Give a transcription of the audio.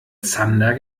zander